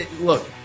look